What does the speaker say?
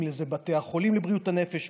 אם זה לבתי החולים לבריאות הנפש,